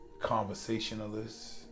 conversationalist